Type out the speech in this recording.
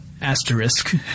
asterisk